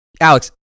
Alex